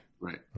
Right